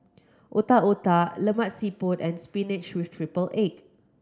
Otak Otak Lemak Siput and spinach with triple egg